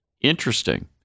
interesting